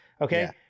Okay